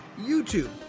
youtube